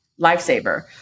lifesaver